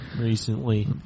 recently